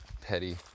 Petty